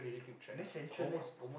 less central leh